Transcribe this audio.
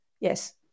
Yes